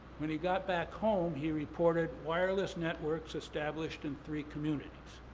when he got back home, he reported wireless networks established in three communities.